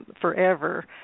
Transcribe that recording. forever